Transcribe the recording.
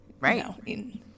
Right